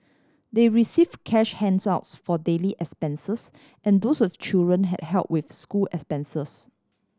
they received cash handouts for daily expenses and those with children had help with school expenses